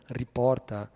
riporta